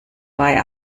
bei